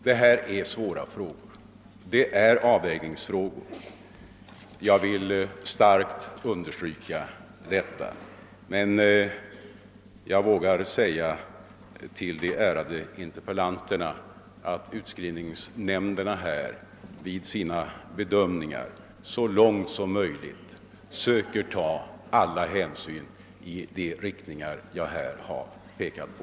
Det rör sig om svåra frågor. Det är avvägningsfrågor. Jag vill starkt understryka detta, men jag vågar säga till de ärade frågeställarna att utskrivningsnämnderna vid sina bedömningar så långt som möjligt försöker ta alla hänsyn i de riktningar som jag här har pekat på.